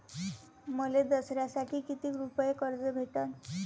मले दसऱ्यासाठी कितीक रुपये कर्ज भेटन?